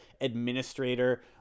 administrator